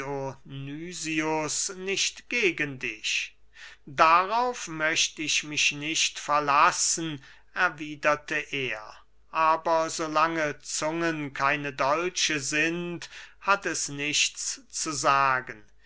nicht gegen dich darauf möcht ich mich nicht verlassen erwiederte er aber so lange zungen keine dolche sind hat es nichts zu sagen